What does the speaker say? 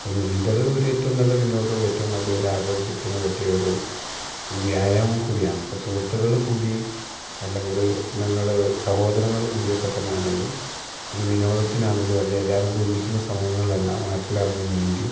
അപ്പോൾ നീന്തൽ ഒരു ഏറ്റവും നല്ല വിനോദവും ഏറ്റവും നല്ലൊരു ആരോഗ്യത്തിന് പറ്റിയൊരു ഒരു വ്യായമവും കൂടിയാണപ്പം സുഹൃത്തുക്കൾ കൂടിയും അല്ലെങ്കിൽ ഞങ്ങൾ സഹോദരങ്ങൾ കൂടിയൊക്കെ തന്നെയാണെങ്കിലും ഒരു വിനോദത്തിനാണെങ്കിലും അല്ലെങ്കിൽ എല്ലാവരുംകൂടി ഒന്നിക്കുന്ന സമയങ്ങളിളെല്ലാം ആറ്റിലിറങ്ങി നീന്തി